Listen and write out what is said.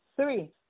Three